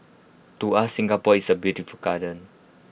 to us Singapore is A beautiful garden